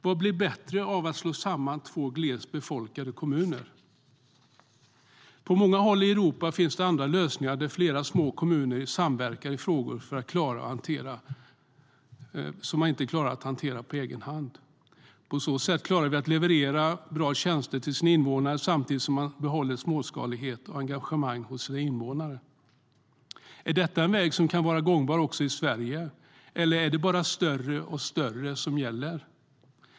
Vad blir bättre av att slå samman två glest befolkade kommuner? På många håll i Europa finns andra lösningar; flera små kommuner samverkar i frågor som de inte klarar av att hantera på egen hand. På så sätt kan de leverera bra tjänster till sina invånare, samtidigt som de behåller småskaligheten och engagemanget hos invånarna. Är det en väg som kan vara gångbar också i Sverige, eller är det bara större och större som gäller?